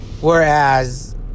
Whereas